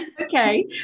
Okay